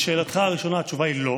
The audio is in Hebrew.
לשאלתך הראשונה, התשובה היא לא.